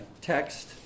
text